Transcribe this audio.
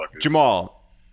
jamal